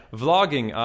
vlogging